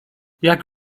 jak